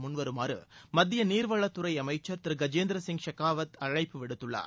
முன் வருமாறு மத்திய நீர்வளத்துறை அமைச்சர் திரு கஜேந்திர சிங் செகாவத் அழைப்பு விடுத்துள்ளார்